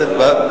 כלכלה.